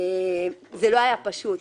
זה לא היה פשוט,